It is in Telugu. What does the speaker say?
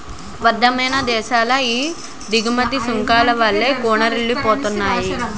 వర్థమాన దేశాలు ఈ దిగుమతి సుంకాల వల్లే కూనారిల్లిపోతున్నాయి